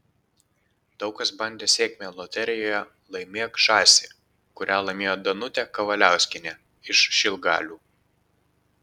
daug kas bandė sėkmę loterijoje laimėk žąsį kurią laimėjo danutė kavaliauskienė iš šilgalių